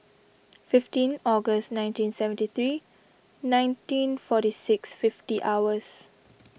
fifteen August nineteen seventy three nineteen forty six fifty hours